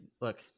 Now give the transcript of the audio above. look